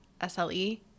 SLE